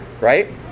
right